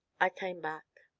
i came back.